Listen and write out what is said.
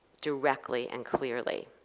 directly and clearly.